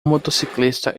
motociclista